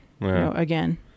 again